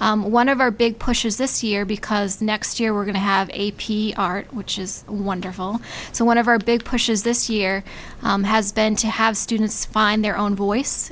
one of our big pushes this year because next year we're going to have a p art which is wonderful so one of our big pushes this year has been to have students find their own voice